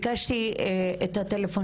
אני קיבלתי אירוע מוחי,